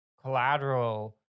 collateral